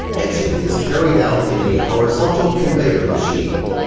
etching is carried out in a horizontal conveyor machine.